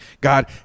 god